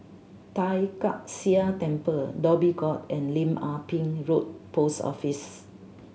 Tai Kak Seah Temple Dhoby Ghaut and Lim Ah Pin Road Post Office